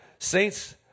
Saints